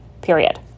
period